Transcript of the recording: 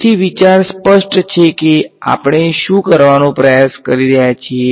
તેથી વિચાર સ્પષ્ટ છે કે આપણે શું કરવાનો પ્રયાસ કરી રહ્યા છીએ